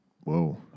Whoa